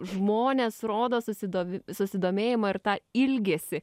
žmonės rodos susidomi susidomėjimą ir tą ilgesį